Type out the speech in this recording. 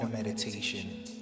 meditation